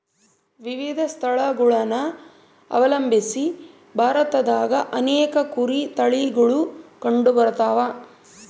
ವಿವಿಧ ಸ್ಥಳಗುಳನ ಅವಲಂಬಿಸಿ ಭಾರತದಾಗ ಅನೇಕ ಕುರಿ ತಳಿಗುಳು ಕಂಡುಬರತವ